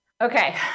Okay